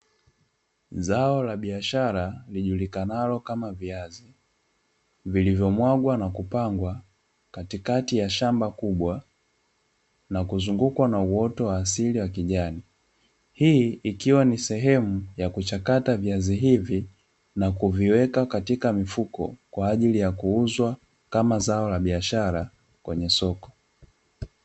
Zao la biashara lijulikanalo kama viazi, vilivyomwagwa na kupangwa katikati ya shamba kubwa, na kuzunguukwa na uoto wa asili wa kijani. Hii ikiwa ni sehemu ya kuchakata viazi hivi, na kuviweka katika mifuko, kwa ajili ya kuuzwa kama zao la biashara kwenye soko.